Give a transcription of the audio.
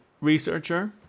researcher